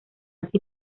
así